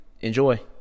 Enjoy